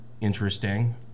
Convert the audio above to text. interesting